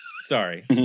Sorry